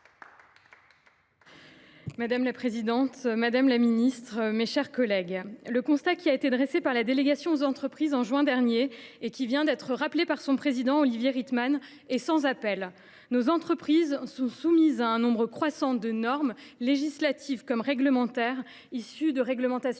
Madame la présidente, madame la ministre, mes chers collègues, le constat qui a été dressé par la délégation aux entreprises au mois de juin dernier et qui vient d’être rappelé par son président Olivier Rietmann est sans appel : nos entreprises sont soumises à un nombre croissant de normes, législatives comme réglementaires, issues de réglementations